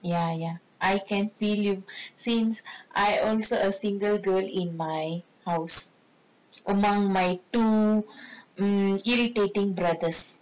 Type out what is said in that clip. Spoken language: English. ya ya I can feel you since I also a single girl in my house among my two irritating brothers